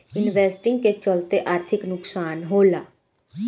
investing के चलते आर्थिक नुकसान होला